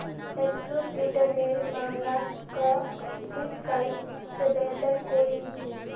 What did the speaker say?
absolute return नेर मामला क बिटकॉइन से बेहतर कोई नी छे